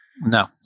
No